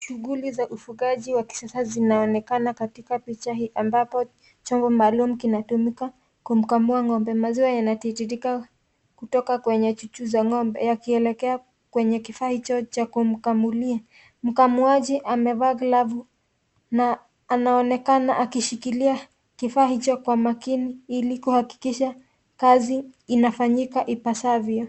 Shughuli za ufugaji wa kisasa zinaonekana katika picha hii ambapo chombo maalum kinatumika kumkamua ng'ombe. Maziwa yanatiririka kutoka kwenye chuchu za ng'ombe yakielekea kwenye kifaa hicho cha kumkamulia. Mkamaji amevaa glovu na anaonekana akishikililia kifaa hicho kwa makini ili kuhakikisha kazi inafanyika ipasavyo.